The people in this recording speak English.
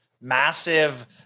massive